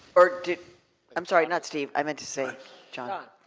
or i'm sorry, not steve. i meant to say john.